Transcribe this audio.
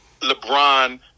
LeBron